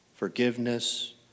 forgiveness